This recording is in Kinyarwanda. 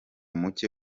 muke